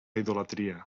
idolatria